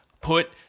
put